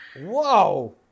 Whoa